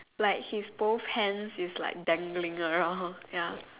like his both hands is like dangling around ya